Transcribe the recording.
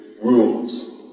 rules